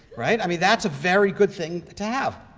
right? i mean, that's a very good thing to have.